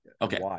Okay